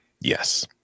Yes